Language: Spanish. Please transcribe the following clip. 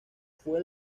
fue